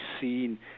seen